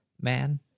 man